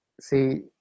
See